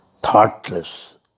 thoughtless